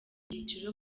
byiciro